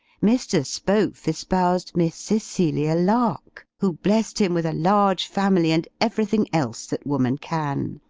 mr. spohf espoused miss cecilia lark, who blessed him with a large family and everything else that woman can.